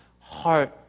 heart